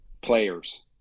Players